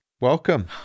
Welcome